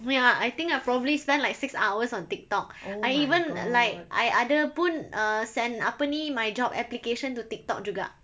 ya I think I probably spend like six hours on TikTok I even like I ada pun uh send apa ni my job application to TikTok juga